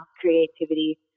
creativity